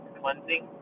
cleansing